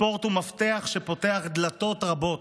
הספורט הוא מפתח שפותח דלתות רבות.